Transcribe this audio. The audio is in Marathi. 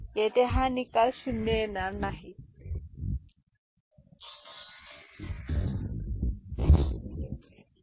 तर येथे हा निकाल 0 येणार नाही म्हणून हा 0 येथे येईल